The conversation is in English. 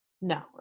No